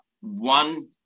one